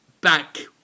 back